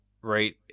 right